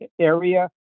area